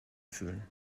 fühlen